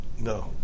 No